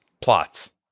plots